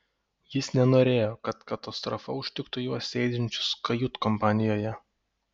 jis nenorėjo kad katastrofa užtiktų juos sėdinčius kajutkompanijoje